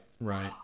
right